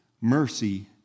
mercy